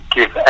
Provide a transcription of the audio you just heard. Give